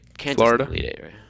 Florida